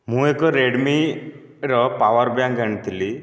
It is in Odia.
ମୁଁ ଏକ ରେଡ଼୍ମିର ପାୱାର ବ୍ୟାଙ୍କ ଆଣିଥିଲି